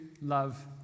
love